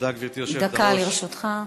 דקה לרשותך.